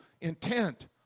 intent